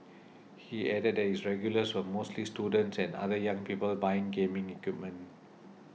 he added that his regulars were mostly students and other young people buying gaming equipment